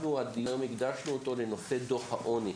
את הדיון היום הקדשנו לנושא דו"ח העוני.